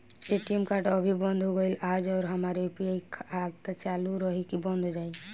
ATM card अभी बंद हो गईल आज और हमार यू.पी.आई खाता चालू रही की बन्द हो जाई?